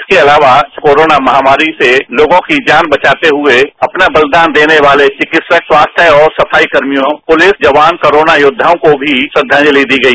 इसके अलावा कोरोना महामारी से लोगों की जान बचाते हुए अपना बलिदान देने वाले विकित्सक स्वास्थ्य और सफाई कर्मियों पुलिस जवान कोरोना योद्वायों को भी श्रद्वांजलि दी गई